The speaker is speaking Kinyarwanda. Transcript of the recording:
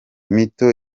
mito